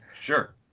Sure